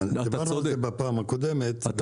דיברנו על כך בפעם הקודמת.